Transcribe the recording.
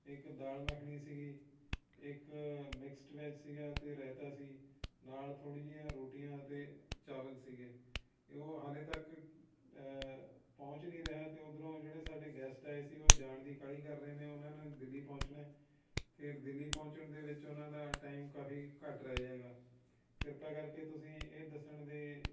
ਇੱਕ ਦਾਲ ਮੱਖਣੀ ਸੀਗੀ ਇੱਕ ਮਿਕਸਡ ਵੈੱਜ ਵਿੱਚ ਸੀਗਾ ਅਤੇ ਰਾਇਤਾ ਸੀ ਨਾਲ ਥੋੜ੍ਹੀ ਜਿਹੀਆਂ ਰੋਟੀਆਂ ਅਤੇ ਚਾਵਲ ਸੀਗੇ ਇਹ ਉਹ ਹਾਲੇ ਤੱਕ ਪਹੁੰਚ ਨਹੀਂ ਰਿਹਾ ਅਤੇ ਉੱਧਰੋਂ ਜਿਹੜੇ ਸਾਡੇ ਗੈਸਟ ਆਏ ਸੀ ਉਹ ਜਾਣ ਦੀ ਕਾਹਲੀ ਕਰ ਰਹੇ ਨੇ ਉਹਨਾਂ ਨੇ ਦਿੱਲੀ ਪਹੁੰਚਣਾ ਹੈ ਫੇਰ ਦਿੱਲੀ ਪਹੁੰਚਣ ਦੇ ਵਿੱਚ ਉਹਨਾਂ ਦਾ ਟਾਈਮ ਕਾਫੀ ਘੱਟ ਰਹਿ ਜਾਏਗਾ ਕਿਰਪਾ ਕਰਕੇ ਤੁਸੀਂ ਇਹ ਦੱਸਣ ਦੀ